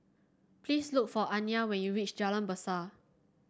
please look for Aniya when you reach Jalan Besar